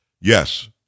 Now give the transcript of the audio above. yes